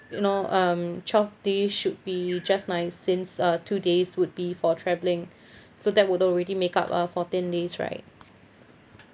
you know um twelve day should be just nice since uh two days would be for travelling so that would already make up uh fourteen days right